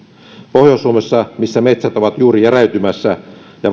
pohjois suomessa missä metsät ovat juuri järeytymässä